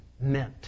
meant